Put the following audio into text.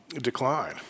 decline